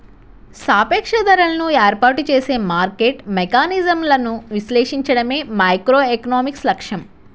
సాపేక్ష ధరలను ఏర్పాటు చేసే మార్కెట్ మెకానిజమ్లను విశ్లేషించడమే మైక్రోఎకనామిక్స్ లక్ష్యం